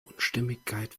unstimmigkeit